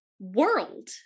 world